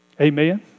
Amen